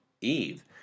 Eve